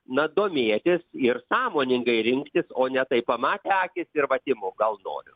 na domėtis ir sąmoningai rinktis o ne tai pamatė akys ir vat imu gal noriu